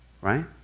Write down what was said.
Right